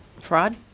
fraud